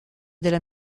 della